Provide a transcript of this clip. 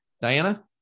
Diana